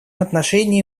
отношении